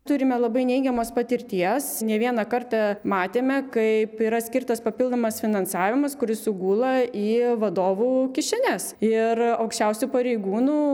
turime labai neigiamos patirties ne vieną kartą matėme kaip yra skirtas papildomas finansavimas kuris sugula į vadovų kišenes ir aukščiausių pareigūnų